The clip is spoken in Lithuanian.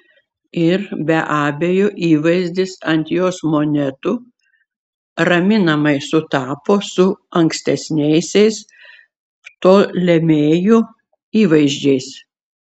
ir be abejo įvaizdis ant jos monetų raminamai sutapo su ankstesniaisiais ptolemėjų įvaizdžiais